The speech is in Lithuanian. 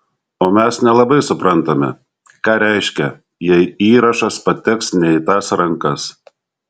o mes nelabai suprantame ką reiškia jei įrašas pateks ne į tas rankas